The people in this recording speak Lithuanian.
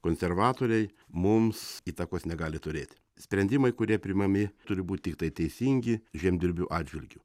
konservatoriai mums įtakos negali turėti sprendimai kurie priimami turi būt tiktai teisingi žemdirbių atžvilgiu